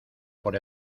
por